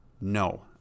No